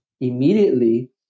immediately